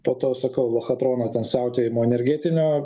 po to sakau lochatrono ten siautėjimo energetinio